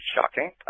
Shocking